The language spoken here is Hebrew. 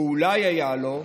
או אולי היה לו,